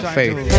faith